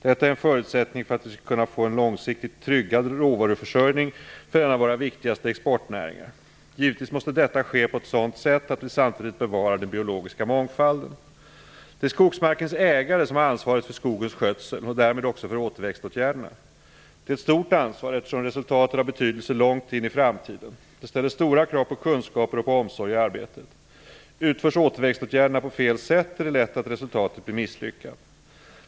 Detta är en förutsättning för att vi skall kunna få en långsiktigt tryggad råvaruförsörjning för en av våra viktigaste exportnäringar. Givetvis måste detta ske på ett sådant sätt att vi samtidigt bevarar den biologiska mångfalden. Det är skogsmarkens ägare som har ansvaret för skogens skötsel och därmed för återväxtåtgärderna. Det är ett stort ansvar eftersom resultatet har betydelse långt in i framtiden. Det ställer stora krav på kunskaper och på omsorg i arbetet. Utförs återväxtåtgärderna på fel sätt, är det lätt att resultatet blir misslyckat.